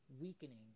weakening